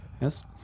Yes